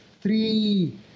three